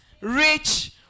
rich